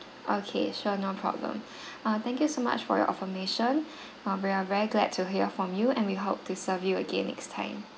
okay sure no problem uh thank you so much for your affirmation uh we are very glad to hear from you and we hope to serve you again next time